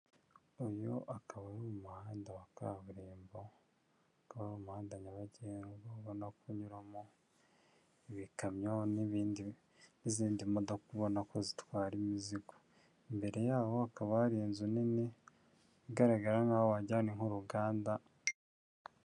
Uyu akaba ari umuhanda wa kaburimbo, akaba ari manda nyabagendwa urimo no kunyuramo ibikamyo n'ibindi, n'izindi modoka ubona kuzitwara imizigo. Imbere yabo hakaba hari inzu nini igaragara nk'aho wagira ngo ni nk'uruganda